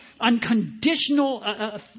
unconditional